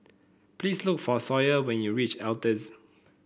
please look for Sawyer when you reach Altez